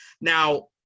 Now